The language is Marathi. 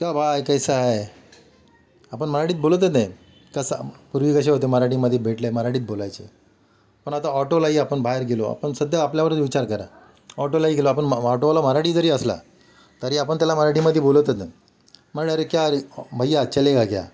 क्या भाय कैसा है आपण मराठीत बोलतच नाही कसा पूर्वी कसे होते मराठीमध्ये भेटले मराठीत बोलायचे पण आता ऑटोलाही आपण बाहेर गेलो पण सध्या आपल्यावरच विचार करा ऑटोलाही गेलो आपण ऑटोवाला मराठी जरी असला तरी आपण त्याला मराठीमध्ये बोलवतच नाही म्हणा अरे क्या रे भैया चलेगा क्या